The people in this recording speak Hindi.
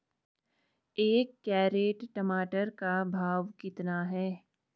एक कैरेट टमाटर का भाव कितना है?